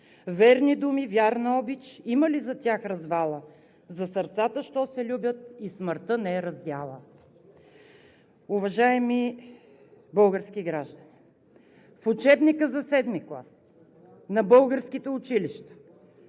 Верни думи, верна обич, има ли за тях развала? За сърцата що се любят и смъртта не е раздяла.“ Уважаеми български граждани, в учебника за VІІ клас на българските училища